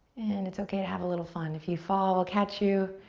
and it's okay to have a little fun. if you fall, i'll catch you.